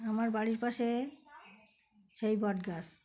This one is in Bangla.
আমার বাড়ির পাশে সেই বট গাছ